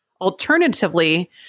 Alternatively